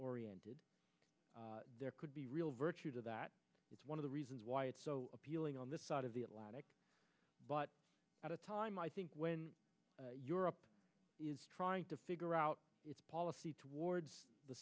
oriented there could be real virtue to that it's one of the reasons why it's so appealing on this side of the atlantic but at a time i think when europe is trying to figure out its policy towards the